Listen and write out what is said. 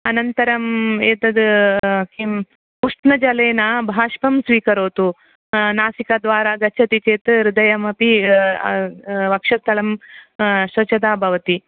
अनन्तरम् एतद् किम् उष्णजलेन भाष्पं स्वीकरोतु नासिकाद्वारा गच्चति चेत् हृदयमपि वक्षस्थलं स्वच्चता भवति